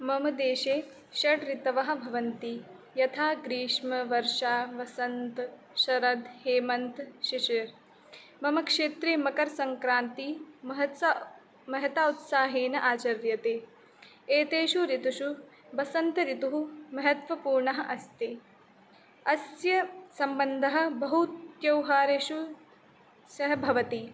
मम देशे षडृतवः भवन्ति यथा ग्रीष्मः वर्षा वसन्तः शरद् हेमन्तः शिशिरः मम क्षेत्रे मकरसङ्क्रान्ति महत्स महता उत्साहेन आचर्यते एतेषु ऋतुषु वसन्त ऋतुः महत्वपूर्णः अस्ति अस्य सम्बन्धः बहु त्यौहारेषु सह भवति